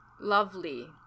Lovely